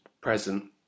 present